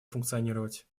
функционировать